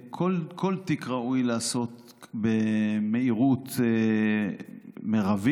כל תיק ראוי להיעשות במהירות מרבית.